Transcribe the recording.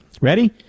Ready